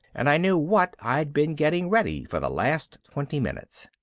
and i knew what i'd been getting ready for the last twenty minutes.